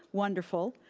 wonderful.